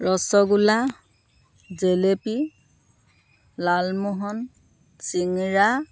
ৰসগোল্লা জেলেপী লালমোহন চিঙৰা